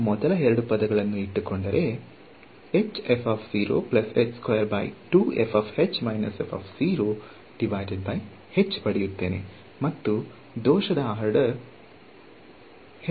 ನಾನು ಮೊದಲ ಎರಡು ಪದಗಳನ್ನು ಇಟ್ಟುಕೊಂಡರೆ ಪಡೆಯುತ್ತೇನೆ ಮತ್ತು ದೋಷದ ಆರ್ಡರ್ ಆಗಿದೆ